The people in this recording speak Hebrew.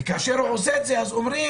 וכאשר הוא עושה את זה אז אומרים: